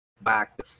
back